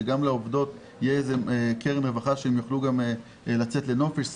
שגם לעובדות תהיה קרן רווחה שהן יוכלו לצאת לנופש,